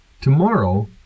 Tomorrow